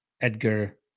Edgar